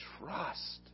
Trust